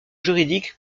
juridique